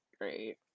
Great